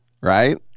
Right